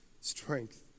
strength